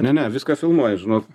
ne ne viską filmuoja žinok